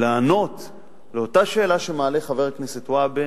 לענות על אותה שאלה שמעלה חבר הכנסת והבה,